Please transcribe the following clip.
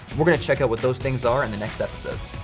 we're going to check out what those things are in the next episodes.